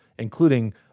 including